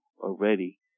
already